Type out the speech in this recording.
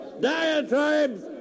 diatribes